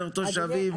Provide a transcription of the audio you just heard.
יותר תושבים,